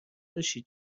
داشتی